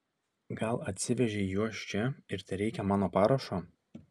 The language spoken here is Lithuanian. gal atsivežei juos čia ir tereikia mano parašo